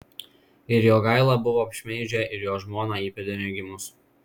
ir jogailą buvo apšmeižę ir jo žmoną įpėdiniui gimus